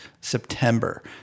September